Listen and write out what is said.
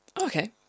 okay